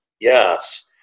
yes